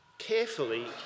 Carefully